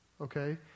Okay